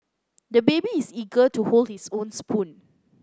the baby is eager to hold his own spoon